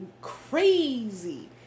crazy